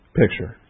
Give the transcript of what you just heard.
picture